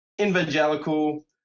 evangelical